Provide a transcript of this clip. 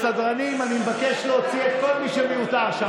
סדרנים, אני מבקש להוציא את כל מי שמיותר שם.